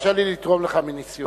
תרשה לי לתרום לך מניסיוני,